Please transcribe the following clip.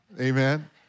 amen